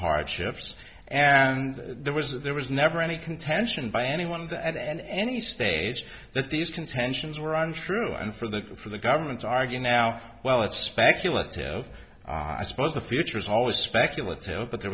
hardships and there was there was never any contention by anyone that and any stage that these contentions were untrue and for the for the government to argue now well it's speculative i suppose the future is always speculative but there